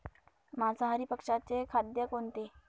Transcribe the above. मांसाहारी पक्ष्याचे खाद्य कोणते?